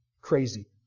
crazy